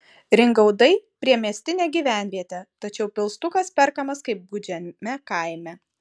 ringaudai priemiestinė gyvenvietė tačiau pilstukas perkamas kaip gūdžiame kaime